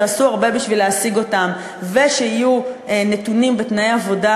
שעשו הרבה בשביל להשיג אותם ושיהיו נתונים בתנאי עבודה